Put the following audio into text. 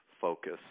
focus